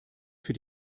für